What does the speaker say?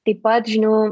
taip pat žinių